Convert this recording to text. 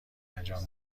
انجام